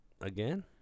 Again